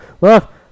look